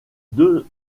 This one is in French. deux